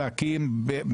להקים על